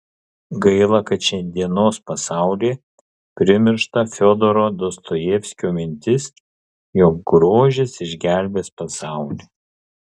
gaila kad šiandienos pasaulyje primiršta fiodoro dostojevskio mintis jog grožis išgelbės pasaulį